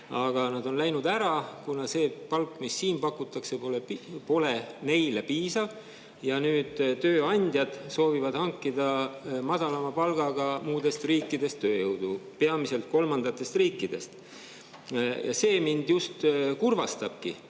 aga nad on läinud ära, kuna see palk, mis siin pakutakse, pole neile piisav. Ja nüüd soovivad tööandjad hankida madalapalgalist tööjõudu muudest riikidest, peamiselt kolmandatest riikidest. See mind just kurvastabki,